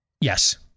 Yes